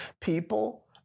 People